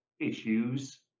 issues